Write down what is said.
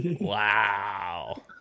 Wow